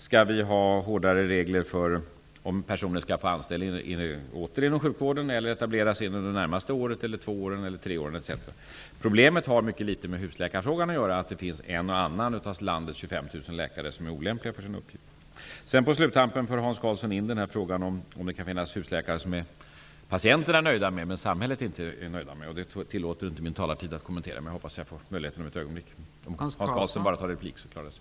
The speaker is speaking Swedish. Skall vi har hårdare regler för om personer på nytt skall få anställning inom sjukvården eller etablera sig inom det närmaste året eller de två tre närmaste åren? Problemet har mycket litet att göra med husläkarfrågan, att det finns en och annan av landets 25 000 läkare som är olämpliga för sin uppgift. På sluttampen för Hans Karlsson in frågan om det kan finnas husläkare som patienterna är nöjda med men inte samhället. Jag hoppas jag får möjlighet att återkomma till den frågan.